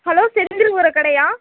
hello Senthil உர கடையா